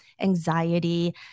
anxiety